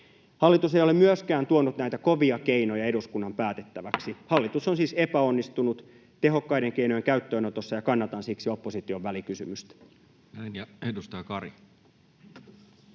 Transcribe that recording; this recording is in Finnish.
Hallitus ei ole myöskään tuonut näitä kovia keinoja eduskunnan päätettäväksi. Hallitus on siis epäonnistunut tehokkaiden keinojen käyttöönotossa, ja kannatan siksi opposition välikysymystä. Edustaja Kari.